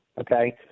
okay